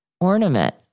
ornament